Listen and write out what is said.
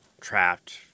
trapped